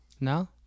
No